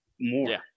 more